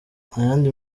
ayandi